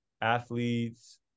athletes